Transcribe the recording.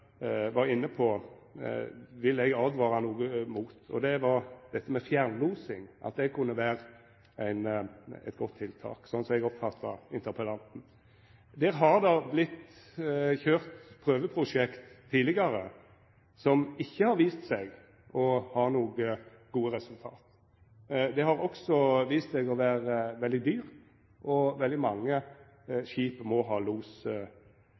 var inne på, vil eg åtvara litt mot, og det var at fjernlosing kunne vera eit godt tiltak – slik oppfatta eg interpellanten. Der har det vorte køyrt prøveprosjekt tidlegare, som ikkje har vist seg å ha gode resultat. Det har også vist seg å vera veldig dyrt, og veldig mange skip må ha los